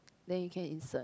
then you can insert